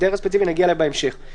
נגיע להסדר הספציפי בהמשך.